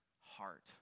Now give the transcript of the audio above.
heart